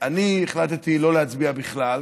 אני החלטתי לא להצביע בכלל,